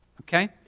okay